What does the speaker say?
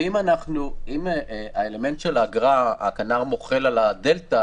אם באלמנט של האגרה הכנ"ר מוחל על הדלתא